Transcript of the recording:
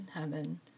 Heaven